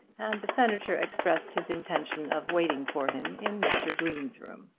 and the senator expressed his intention of waiting for him in mr. green's room.